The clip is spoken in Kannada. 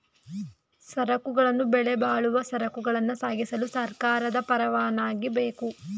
ಸರಕುಗಳನ್ನು ಬೆಲೆಬಾಳುವ ಸರಕುಗಳನ್ನ ಸಾಗಿಸಲು ಸರ್ಕಾರದ ಪರವಾನಗಿ ಬೇಕು